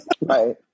Right